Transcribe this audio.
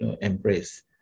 embrace